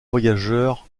voyageurs